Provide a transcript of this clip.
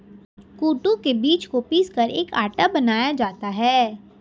कूटू के बीज को पीसकर एक आटा बनाया जाता है